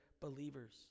believers